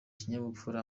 kinyabupfura